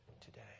today